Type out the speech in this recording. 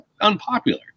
unpopular